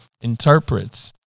interprets